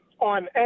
on